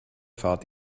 fahrt